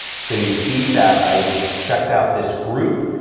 so, you see that i just checked out this group.